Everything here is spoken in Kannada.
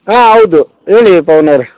ಹಾಂ ಹೌದು ಹೇಳಿ ಪವನವರೆ